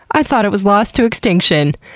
i thought it was lost to extinction.